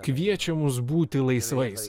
kviečia mus būti laisvais